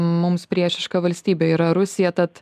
mums priešiška valstybė yra rusija tad